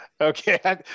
Okay